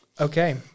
Okay